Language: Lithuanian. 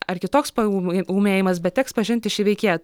ar kitoks paūmėjimas bet teks pažinti šį veikėją